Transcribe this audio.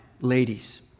ladies